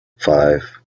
five